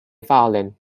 violin